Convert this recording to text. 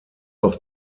auch